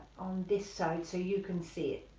on this side so you can see it.